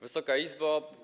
Wysoka Izbo!